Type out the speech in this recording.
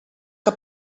que